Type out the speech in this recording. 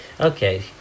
Okay